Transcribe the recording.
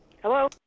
Hello